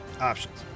Options